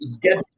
get